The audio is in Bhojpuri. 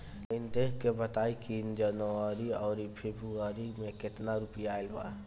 तनी देख के बताई कि जौनरी आउर फेबुयारी में कातना रुपिया आएल बा?